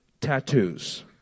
tattoos